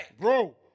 Bro